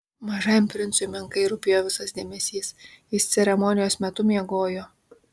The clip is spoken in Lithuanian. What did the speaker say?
mažajam princui menkai rūpėjo visas dėmesys jis ceremonijos metu miegojo